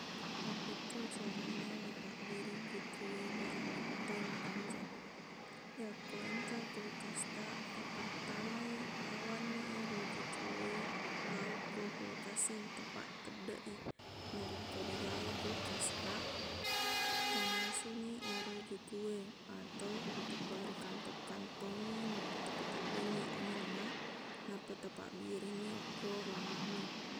Mappekko carana leipabbiring jukuwe baraq mettai makanjaq yako engka kulkastaq tapattamai bawanni ero jukuwe lao ko kulkas e teppaq teddeq i narekko deqgaga kulkastaq tanasuni ero jukuwe atau tepari kantong-kantongngi nappa tapateddengngi anginna nappa tapabbiringngi okko ruwangangnge